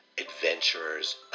adventurer's